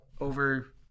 over